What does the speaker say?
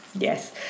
Yes